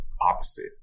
opposite